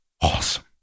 awesome